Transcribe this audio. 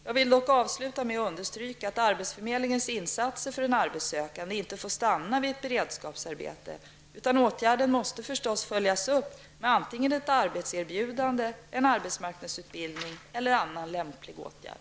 Jag vill dock avsluta med att understryka att arbetsförmedlingens insatser för en arbetssökande inte får stanna vid ett beredskapsarbete, utan åtgärden måste självklart följas upp med antingen ett arbetserbjudande, en arbetsmarknadsutbildning eller annan lämplig åtgärd.